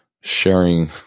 sharing